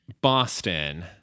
Boston